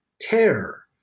terror